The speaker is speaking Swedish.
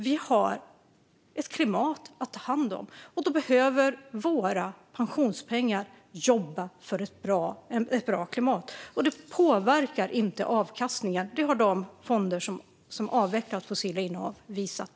Vi har ett klimat att ta hand om. Då behöver våra pensionspengar jobba för ett bra klimat, och det påverkar inte avkastningen. Det har de fonder som avvecklat fossila innehav visat.